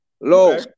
Low